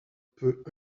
peut